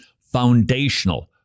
foundational